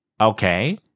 Okay